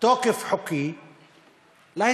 תוקף חוקי להתנחלויות.